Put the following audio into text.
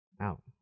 out